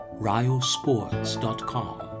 riosports.com